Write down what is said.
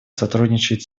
сотрудничает